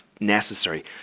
necessary